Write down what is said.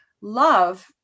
love